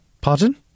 Pardon